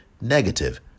negative